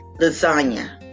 lasagna